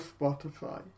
Spotify